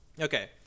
Okay